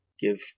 give